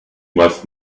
must